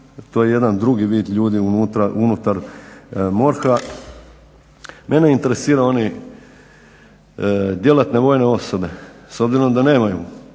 To je jedan drugi vid ljudi unutar MORH-a. Mene interesiraju oni, djelatne vojne osobe s obzirom da nemaju,